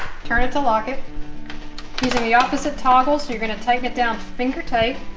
turn it to lock it using the opposite toggle. so you're going to tighten it down finger tight